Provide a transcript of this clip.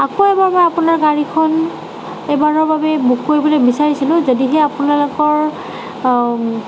আকৌ এবাৰ মই আপোনাৰ গাড়ীখন এইবাৰৰ বাবে বুক কৰিবলৈ বিচাৰিছিলোঁ যদিহে আপোনালোকৰ